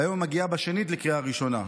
והיום היא מגיעה בשנית לקריאה ראשונה.